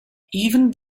even